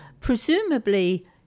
presumably